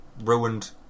Ruined